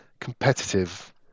competitive